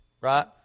right